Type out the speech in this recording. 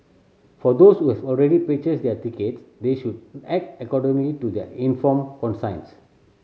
for those who have already purchased their tickets they should act accordingly to their informed conscience